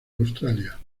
australia